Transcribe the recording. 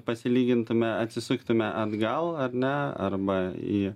pasilygintume atsisuktume atgal ar ne arba į